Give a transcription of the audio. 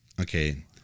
Okay